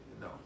No